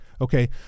Okay